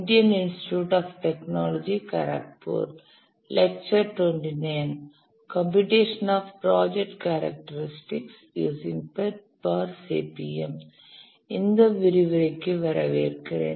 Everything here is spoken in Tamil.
இந்த விரிவுரைக்கு வரவேற்கிறேன்